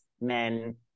men